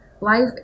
Life